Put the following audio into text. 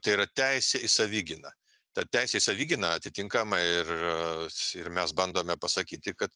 tai yra teisė į savigyną ta teisė į savigyną atitinkamai ir ir mes bandome pasakyti kad